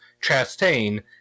Chastain